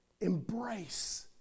Embrace